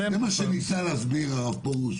זה מה שניסה להסביר הרב פרוש,